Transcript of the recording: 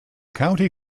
county